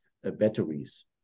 batteries